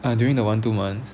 !huh! during the one two months